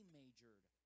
majored